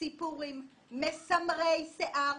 סיפורים מסמרי שיער.